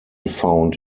found